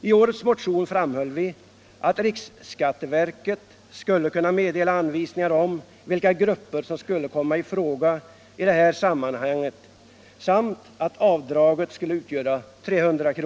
I årets motion framhåller vi att riksskat Torsdagen den teverket skall kunna meddela anvisningar om vilka grupper som skulle 22 maj 1975 komma i fråga i det här sammanhanget samt att avdraget skall utgöra förs ertogdrs rt 300 kr.